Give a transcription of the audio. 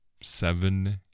Seven